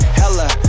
hella